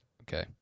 Okay